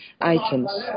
items